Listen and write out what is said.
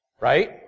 right